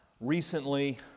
recently